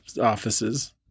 offices